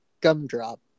gumdrop